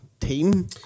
team